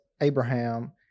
Abraham